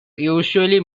usually